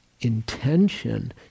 intention